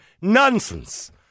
nonsense